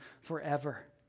forever